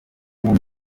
uwo